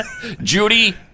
Judy